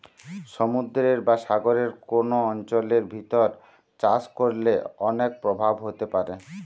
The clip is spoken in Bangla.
সমুদ্রের বা সাগরের কোন অঞ্চলের ভিতর চাষ করলে অনেক প্রভাব হতে পারে